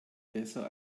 besser